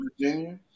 Virginia